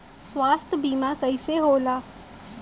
स्वास्थ्य बीमा कईसे होला?